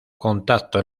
contacto